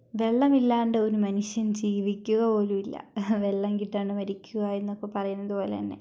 വെള്ളം ഇല്ലാണ്ട് ഒരു മനുഷ്യൻ ജീവിക്കുക പോലും ഇല്ല വെള്ളം കിട്ടാണ്ട് മരിക്കുക എന്നൊക്കെ പറയുന്നത് പോലെ തന്നെ